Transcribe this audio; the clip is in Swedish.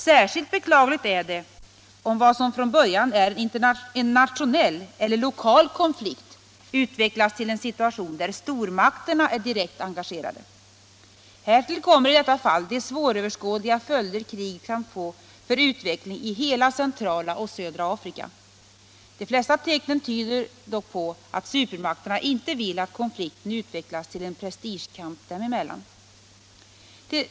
Särskilt beklagligt är det om vad som från början är en nationell eller lokal konflikt utvecklas till en situation där stormakterna är direkt engagerade. Härtill kommer i detta fall de svåröverskådliga följder kriget kan få för utvecklingen i hela centrala och södra Afrika. De flesta tecknen tyder på att supermakterna inte vill att konflikten utvecklas till en prestigestrid dem emellan.